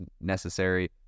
necessary